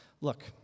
Look